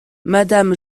madame